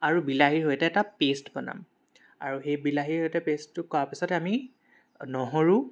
আৰু বিলাহীৰ সৈতে এটা পেষ্ট বনাম আৰু সেই বিলাহীৰ সৈতে পেষ্টটো কৰা পিছতে আমি নহৰু